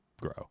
grow